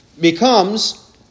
becomes